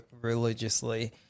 religiously